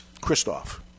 Christoph